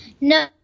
no